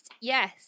Yes